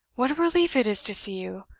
what a relief it is to see you!